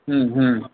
હમ હમ